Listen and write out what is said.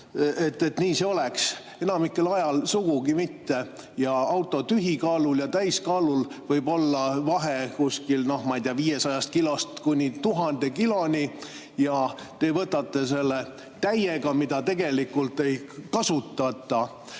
et see nii oleks. Enamikul aegadel sugugi mitte. Auto tühikaalul ja täiskaalul võib olla vahe, ma ei tea, 500 kilost kuni 1000 kiloni ja te võtate selle täiega, mida tegelikult ei kasutata.